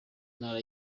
ntara